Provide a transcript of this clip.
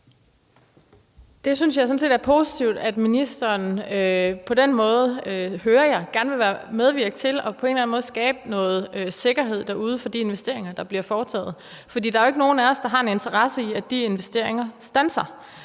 set, det er positivt, at ministeren på den måde, hører jeg, gerne vil medvirke til på en eller anden måde at skabe noget sikkerhed derude for de investeringer, der bliver foretaget. For der er jo ikke nogen af os, der har en interesse i, at de investeringer standser.